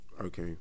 Okay